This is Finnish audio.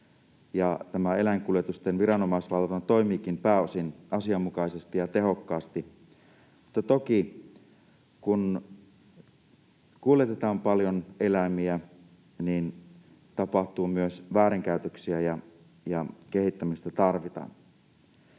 eläinkuljetusten viranomaisvalvonta toimiikin pääosin asianmukaisesti ja tehokkaasti. Mutta toki, kun kuljetetaan paljon eläimiä, tapahtuu myös väärinkäytöksiä, ja kehittämistä tarvitaan.